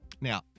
Now